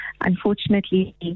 unfortunately